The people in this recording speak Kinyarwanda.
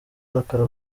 arakara